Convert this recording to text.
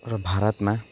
र भारतमा